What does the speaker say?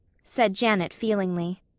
said janet feelingly.